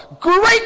great